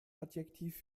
adjektiv